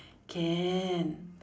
can